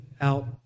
out